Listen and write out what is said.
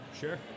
Sure